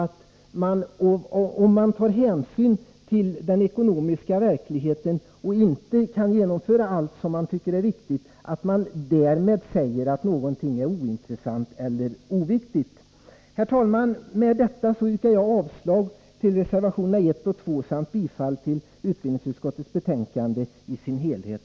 Att ta hänsyn till den ekonomiska verkligheten och inte kunna genomföra allt som man tycker är viktigt är inte detsamma som att säga att det är ointressant. Herr talman! Med detta yrkar jag avslag på reservationerna 1 och 2 samt bifall till utskottets hemställan i dess helhet.